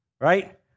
right